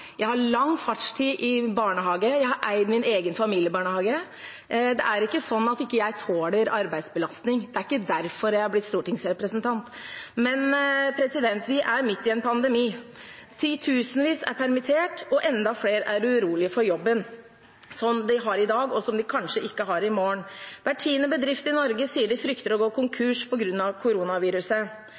jeg har lang fartstid i barnehage, og jeg har eid min egen familiebarnehage. Det er ikke sånn at jeg ikke tåler arbeidsbelastning, det er ikke derfor jeg har blitt stortingsrepresentant. Vi er midt i en pandemi. Titusenvis er permittert, og enda flere er urolige for jobben som de har i dag, og som de kanskje ikke har i morgen. Hver tiende bedrift i Norge sier de frykter å gå konkurs på grunn av koronaviruset.